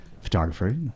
photographer